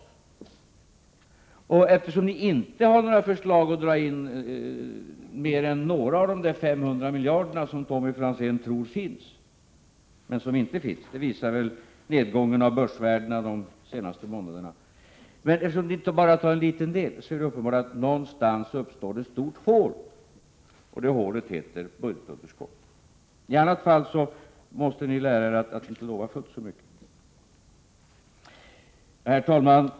Ni har emellertid inte några förslag på att dra in mer än några av de 500 miljarder som Tommy Franzén tror finns men som inte finns — det visar väl nedgången av börsvärdena de senaste månaderna. Och eftersom ni har förslag som gäller bara en liten del är det uppenbart att det någonstans uppstår ett stort hål, och det hålet heter budgetunderskott. I annat fall måste ni lära er att inte lova fullt så mycket. Herr talman!